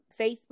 Facebook